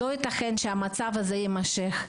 לא יתכן שהמצב הזה יימשך,